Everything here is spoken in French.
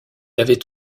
avait